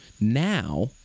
now